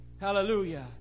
Hallelujah